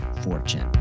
Fortune